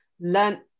learn